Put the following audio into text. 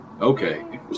Okay